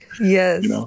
Yes